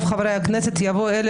במקום "אלא ברוב חברי הכנסת" יבוא "אלא